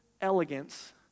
elegance